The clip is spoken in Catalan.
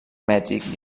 mèxic